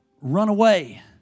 runaway